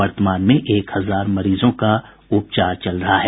वर्तमान में एक हजार मरीजों का उपचार चल रहा है